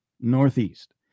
Northeast